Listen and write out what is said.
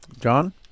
John